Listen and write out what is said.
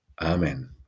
Amen